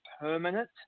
permanent